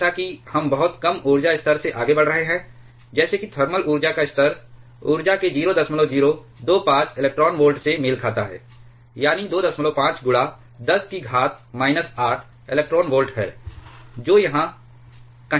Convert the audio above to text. जैसा कि हम बहुत कम ऊर्जा स्तर से आगे बढ़ रहे हैं जैसे कि थर्मल ऊर्जा का स्तर ऊर्जा के 0025 इलेक्ट्रॉन वोल्ट से मेल खाता है यानी 25 10 की घात माइनस 8 इलेक्ट्रॉन वोल्ट है जो यहां कहीं भी होगा